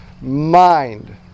mind